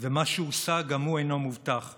ומה שהושג גם הוא אינו מובטח,